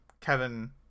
Kevin